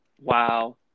Wow